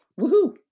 Woohoo